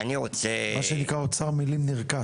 מה שנקרא, אוצר מילים נרכש.